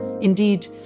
Indeed